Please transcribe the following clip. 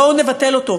בואו נבטל אותו.